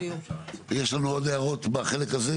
יש לנו עוד הערות בחלק הזה?